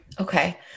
Okay